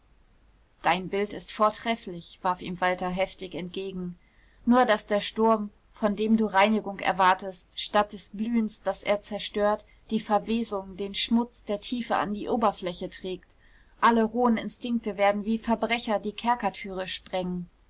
dein bild ist vortrefflich warf ihm walter heftig entgegen nur daß der sturm von dem du reinigung erwartest statt des blühens das er zerstört die verwesung den schmutz der tiefe an die oberfläche trägt alle rohen instinkte werden wie verbrecher die kerkertüren sprengen